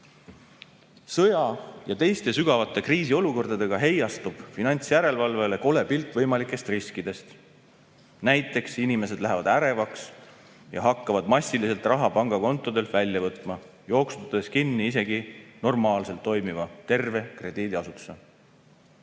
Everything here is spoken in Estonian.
Sõja ja teiste sügavate kriisiolukordadega heiastub finantsjärelevalvele kole pilt võimalikest riskidest. Näiteks, inimesed lähevad ärevaks ja hakkavad massiliselt raha pangakontodelt välja võtma, jooksutades kinni isegi normaalselt toimiva terve krediidiasutuse.